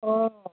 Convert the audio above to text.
ꯑꯣ